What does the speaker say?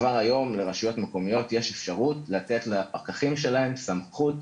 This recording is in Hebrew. כבר היום לרשויות מקומיות יש אפשרות לתת לפקחים שלהם סמכות